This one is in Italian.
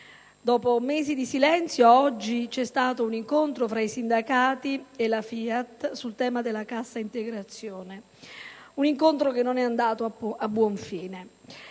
Dopo mesi di silenzio, oggi vi è stato un incontro tra i sindacati e la FIAT sul tema della cassa integrazione, che non è andato a buon fine: